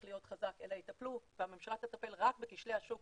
להיות חזק אלא הממשלה תטפל רק בכשלי השוק